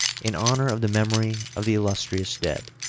in honor of the memory of the illustrious dead.